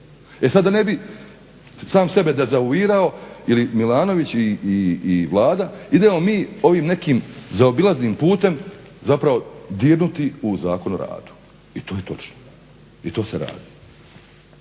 E sad da ne bi sam sebe dezavuiramo ili Milanović i Vlada idemo mi ovim nekim zaobilaznim putem zapravo dirnuti u Zakon o radu i to je točno, to se radi.